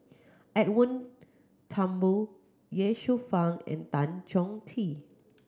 Edwin Thumboo Ye Shufang and Tan Chong Tee